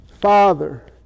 Father